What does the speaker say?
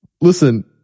Listen